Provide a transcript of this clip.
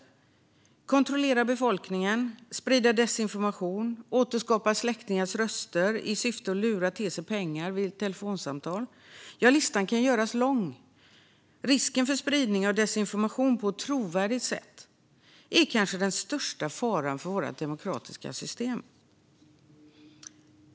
Den kan användas för att kontrollera befolkningen, sprida desinformation, återskapa släktingars röster i syfte att lura till sig pengar vid telefonsamtal - ja, listan kan göras lång. Risken för spridning av desinformation på ett trovärdigt sätt är kanske den största faran för vårt demokratiska system.